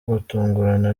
gutungurana